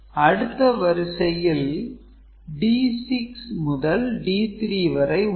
அடுத்த வரிசையில் D6 முதல் D3 வரை உள்ளது